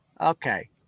Okay